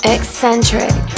Eccentric